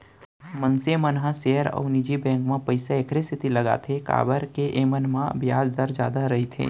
मनसे मन ह सेयर अउ निजी बेंक म पइसा एकरे सेती लगाथें काबर के एमन म बियाज दर जादा रइथे